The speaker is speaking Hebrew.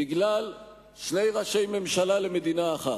בגלל שני ראשי ממשלה למדינה אחת.